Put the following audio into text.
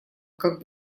как